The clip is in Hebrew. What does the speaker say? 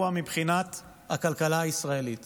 השבוע התבשרנו על הורדת דירוג האשראי של ישראל על ידי מודי'ס,